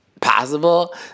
possible